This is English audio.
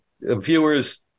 viewers